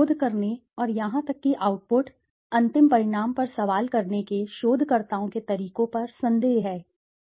शोध करने शोध करने और यहां तक कि आउटपुट अंतिम परिणाम पर सवाल करने के शोधकर्ताओं के तरीकों पर संदेह है